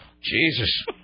Jesus